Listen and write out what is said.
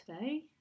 today